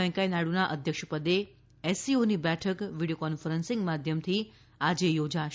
વેંકૈયા નાયડના અધ્યક્ષપદે એસસીઓની બેઠક વીડિયો કોન્ફરન્સિંગ માધ્યમથી આજે યોજાશે